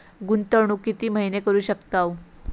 गुंतवणूक किती महिने करू शकतव?